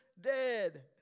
dead